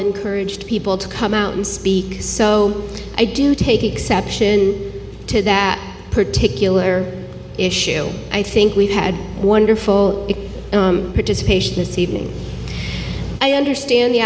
encouraged people to come out and speak so i do take exception to that particular issue i think we've had wonderful participation this evening i understand the